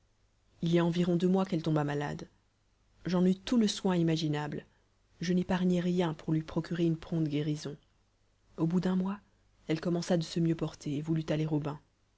il y a environ deux mois qu'elle tomba malade j'en eus tout le soin imaginable je n'épargnai rien pour lui procurer une prompte guérison au bout d'un mois elle commença de se mieux porter et voulut aller au bain